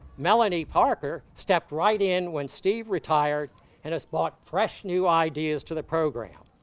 melanie parker, stepped right in when steve retired and has brought fresh, new ideas to the program.